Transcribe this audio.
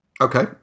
Okay